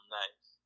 nice